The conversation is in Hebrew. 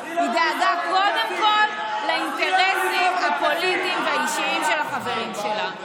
היא דאגה קודם כול לאינטרסים הפוליטיים והאישיים של החברים שלה.